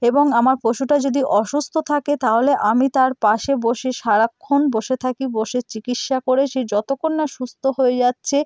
এবং আমার পশুটা যদি অসুস্থ থাকে তাহলে আমি তার পাশে বসে সারাক্ষণ বসে থাকি বসে চিকিৎসা করে সে যতক্ষণ না সুস্থ হয়ে যাচ্ছে